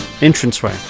entranceway